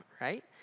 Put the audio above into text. right